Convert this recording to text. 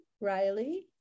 Riley